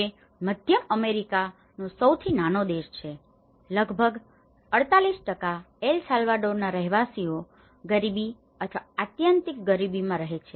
જે મધ્ય અમેરિકામાં સૌથી નાનો દેશ છે લગભગ 48 એલ સાલ્વાડોરના રહેવાસીઓ ગરીબી અથવા આત્યંતિક ગરીબીમાં રહે છે